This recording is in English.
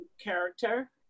character